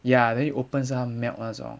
ya you open 是他 melt 那种